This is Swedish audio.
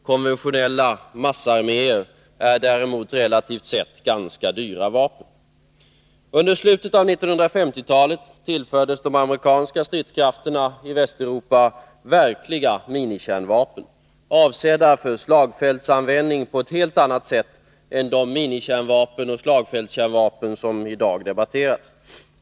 Konventionella massarméer är däremot relativt sett ganska dyra vapen. Under slutet av 1950-talet tillfördes de amerikanska stridskrafterna i Västeuropa verkliga minikärnvapen, avsedda för slagfältsanvändning på ett helt annat sätt än de minikärnvapen och slagfältskärnvapen som i dag debatteras.